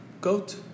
Goat